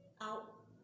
out